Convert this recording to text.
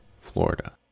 Florida